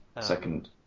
Second